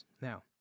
Now